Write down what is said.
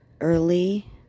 early